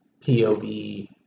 POV